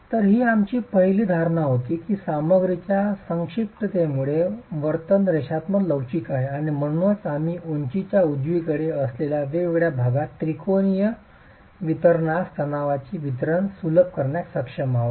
तर ही आमची पहिली धारणा होती की सामग्रीच्या संक्षिप्ततेमध्ये वर्तन रेषात्मक लवचिक आहे आणि म्हणूनच आम्ही उंचीच्या उजवीकडे असलेल्या वेगवेगळ्या विभागात त्रिकोणी वितरणास तणावाचे वितरण सुलभ करण्यास सक्षम आहोत